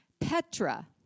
Petra